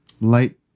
Light